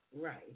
right